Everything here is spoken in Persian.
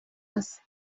است